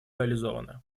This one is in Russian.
реализованы